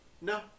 No